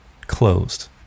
closed